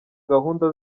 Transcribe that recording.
gahunda